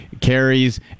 carries